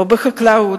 לא בחקלאות,